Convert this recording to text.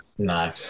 No